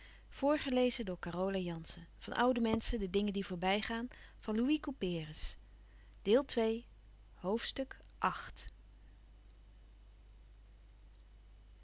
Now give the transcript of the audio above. van oude menschen de dingen die voorbij gaan ste deel van